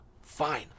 fine